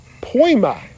poima